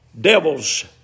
devils